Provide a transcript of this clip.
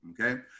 okay